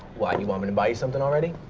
why? you want me to buy you something already?